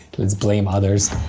let's blame others!